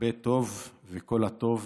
הרבה טוב וכל הטוב